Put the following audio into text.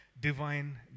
divine